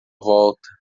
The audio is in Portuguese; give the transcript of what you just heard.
volta